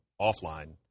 offline